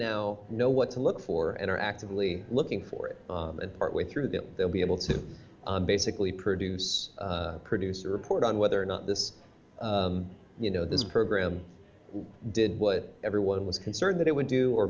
now know what to look for and are actively looking for it and partway through that they'll be able to basically produce a producer report on whether or not this you know this program did what everyone was concerned that it would do or